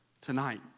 Tonight